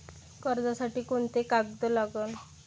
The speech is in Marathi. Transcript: कर्जसाठी कोंते कागद लागन?